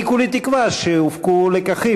אני כולי תקווה שהופקו לקחים.